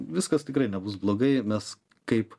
viskas tikrai nebus blogai mes kaip